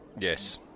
yes